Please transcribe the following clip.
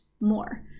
more